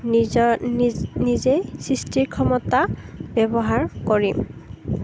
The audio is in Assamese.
নিজে সৃষ্টিৰ ক্ষমতা ব্যৱহাৰ কৰিম